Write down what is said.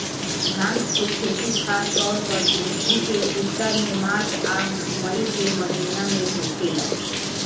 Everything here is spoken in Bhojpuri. भांग के खेती खासतौर पर पृथ्वी के उत्तर में मार्च आ मई के महीना में होखेला